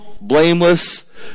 blameless